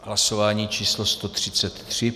Hlasování číslo 133.